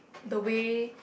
the way